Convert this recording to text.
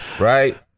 right